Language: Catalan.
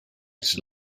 sri